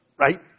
Right